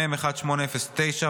מ/1809,